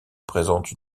présente